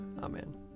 Amen